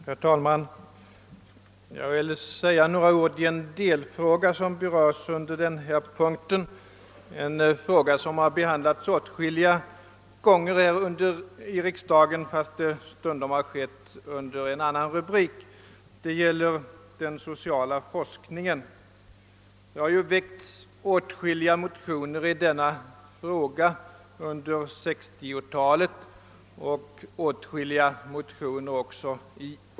Herr talman! Jag vill säga några ord om en delfråga som berörts under denna punkt — en fråga som har behandlats åtskilliga gånger i riksdagen fastän det stundom skett under en annan rubrik. Det gäller den sociala forskningen. Åtskilliga motioner har väckts i frågan under 1960-talet, och även i år föreligger flera motioner.